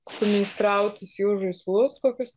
sumeistrautus jų žaislus kokius